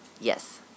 yes